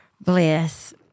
Bless